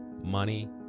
money